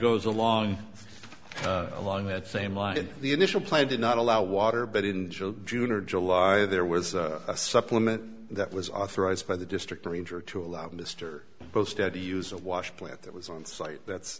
goes along along that same line the initial plan did not allow water but in june or july there was a supplement that was authorized by the district ranger to allow mr boat steady use a wash plant that was on site that's